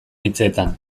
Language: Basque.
hitzetan